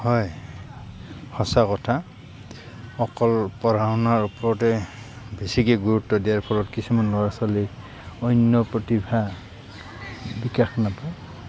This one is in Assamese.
হয় সঁচা কথা অকল পঢ়া শুনাৰ ওপৰতে বেছিকে গুৰুত্ব দিয়াৰ ফলত কিছুমান ল'ৰা ছোৱালী অন্য প্ৰতিভা বিকাশ নাপায়